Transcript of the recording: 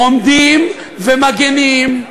עומדים ומגינים,